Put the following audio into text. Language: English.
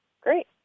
Great